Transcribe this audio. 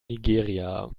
nigeria